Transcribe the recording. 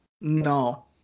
No